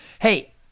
Hey